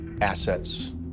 assets